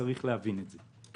וצריך להבין את זה.